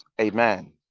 Amen